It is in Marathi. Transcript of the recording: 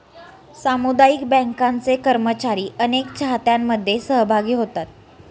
सामुदायिक बँकांचे कर्मचारी अनेक चाहत्यांमध्ये सहभागी होतात